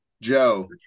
Joe